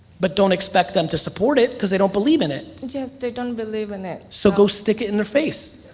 but don't expect them to support it because they don't believe in it. yes, they don't believe in it. so, go stick it in their face.